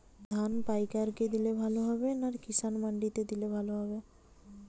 ধান পাইকার কে দিলে ভালো হবে না কিষান মন্ডিতে দিলে ভালো হবে?